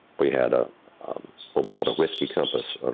we had ah um what we called a whiskey compass, ah